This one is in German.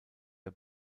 der